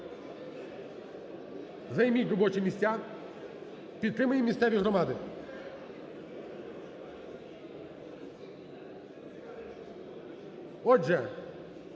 займіть робочі місця, підтримаємо місцеві громади. Отже,